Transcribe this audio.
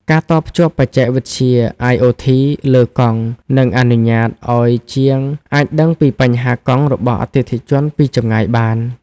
ការតភ្ជាប់បច្ចេកវិទ្យា IoT លើកង់ នឹងអនុញ្ញាតឱ្យជាងអាចដឹងពីបញ្ហាកង់របស់អតិថិជនពីចម្ងាយបាន។